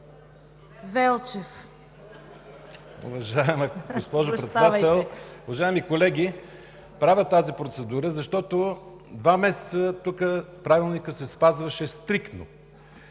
(ГЕРБ): Уважаема госпожо Председател, уважаеми колеги! Правя тази процедура, защото тук два месеца Правилникът се спазваше стриктно.